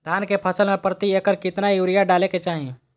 धान के फसल में प्रति एकड़ कितना यूरिया डाले के चाहि?